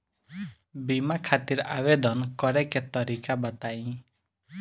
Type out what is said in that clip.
बीमा खातिर आवेदन करे के तरीका बताई?